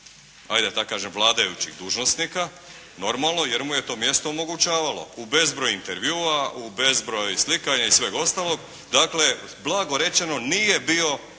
da tako kažem vladajućih dužnosnika normalno jer mu je to mjesto omogućavalo u bezbroj intervjua, u bezbroj slikanja i sveg ostalog. Dakle, blago rečeno nije bio